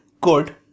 good